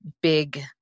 big